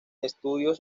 estudio